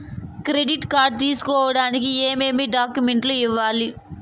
credit card తీసుకోడానికి ఏమేమి డాక్యుమెంట్లు ఇవ్వాలి